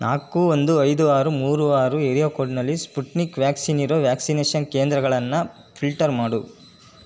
ನಾಲ್ಕು ಒಂದು ಐದು ಆರು ಮೂರು ಆರು ಏರಿಯಾ ಕೋಡ್ನಲ್ಲಿ ಸ್ಪುಟ್ನಿಕ್ ವ್ಯಾಕ್ಸಿನ್ ಇರೋ ವ್ಯಾಕ್ಸಿನೇಷನ್ ಕೇಂದ್ರಗಳನ್ನು ಫಿಲ್ಟರ್ ಮಾಡು